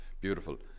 beautiful